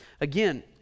Again